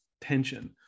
tension